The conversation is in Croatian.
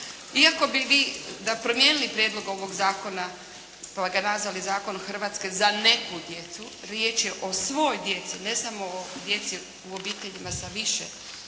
Iako bi vi promijenili prijedlog ovog zakona pa ga nazvali “zakon Hrvatske“ za neku djecu. Riječ je o svoj djeci, ne samo o djeci u obiteljima sa više djece,